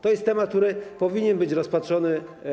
To jest temat, który powinien być tutaj rozpatrzony.